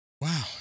Wow